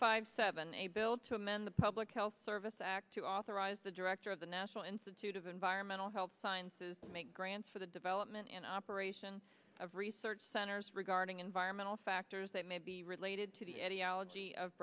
five seven a bill to amend the public health service to authorize the director of the national institute of environmental health sciences make grants for the development and operation of research centers regarding environmental factors that may be related to the elegy of